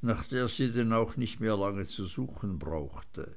nach der sie dann auch nicht lange mehr zu suchen brauchte